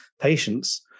patients